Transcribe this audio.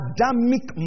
Adamic